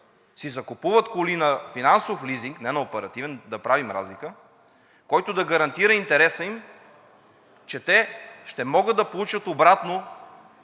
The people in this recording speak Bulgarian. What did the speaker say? си закупуват коли на финансов лизинг, не на оперативен, да правим разлика, интереса им, че те ще могат да получат обратно